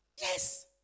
Yes